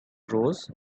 rose